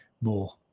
more